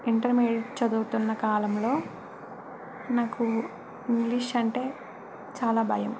intermediate చదువుతున్న కాలంలో నాకు ఇంగ్లీష్ అంటే చాలా భయం